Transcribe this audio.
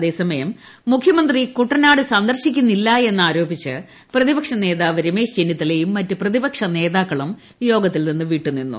അതേ സമയം മുഖ്യമന്ത്രി ക്ടൂട്ടനാട് സന്ദർശിക്കുന്നില്ല എന്ന് ആരോപിച്ച് പ്രതിപക്ഷ നേതാപ്പ് ർമ്മേള് ചെന്നിത്തലയും മറ്റ് പ്രതിപക്ഷ നേതാക്കളും യോഗത്തിൽ നിന്ന് പിട്ട് നിന്നു